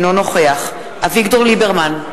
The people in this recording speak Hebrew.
אינו נוכח אביגדור ליברמן,